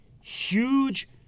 huge